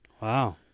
Wow